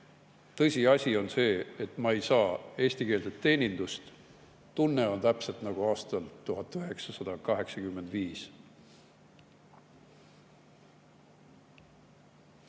tõsiasi on see, et ma ei saa eestikeelset teenindust. Tunne on täpselt nagu aastal 1985.Kui